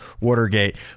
Watergate